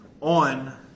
on